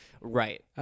Right